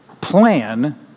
plan